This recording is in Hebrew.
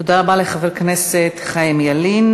תודה רבה לחבר הכנסת חיים ילין.